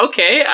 Okay